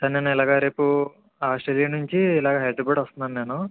sir నేను ఇలాగా రేపు ఆస్ట్రేలియా నుంచి ఇలాగా హైదరాబాదు వస్తున్నాను నేను